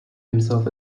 himself